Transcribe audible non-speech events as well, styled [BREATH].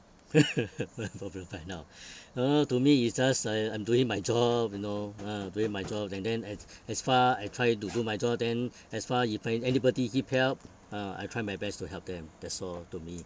[LAUGHS] one problem right now [BREATH] uh to me it's just I I'm doing my job you know ah doing my job and then as as far I try to do my job then as far you find anybody need help ah I try my best to help them that's all to me